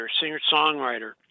singer-songwriter